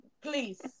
please